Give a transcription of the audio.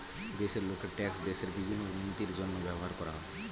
দেশের লোকের ট্যাক্স দেশের বিভিন্ন উন্নতির জন্য ব্যবহার করা হয়